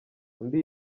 undi